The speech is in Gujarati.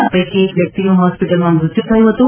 આ પૈકી એક વ્યક્તિનું હોસ્પિટલમાં મૃત્યુ થયું હતું